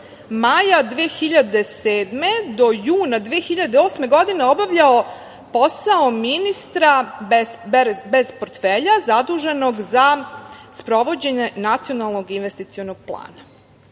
maja 2007. do juna 2008. godine obavljao posao ministra bez portfelja, zaduženog za sprovođenje Nacionalnog investicionog plana.U